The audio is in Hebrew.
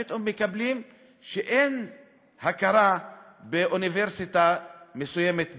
פתאום מקבלים שאין הכרה באוניברסיטה מסוימת בגאורגיה,